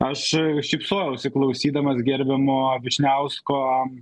aš šypsojausi klausydamas gerbiamo vyšniausko